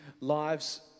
lives